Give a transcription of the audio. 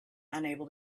unable